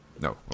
No